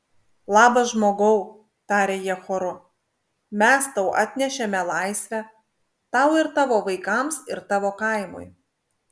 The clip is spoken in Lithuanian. labas žmogau tarė jie choru mes tau atnešėme laisvę tau ir tavo vaikams ir tavo kaimui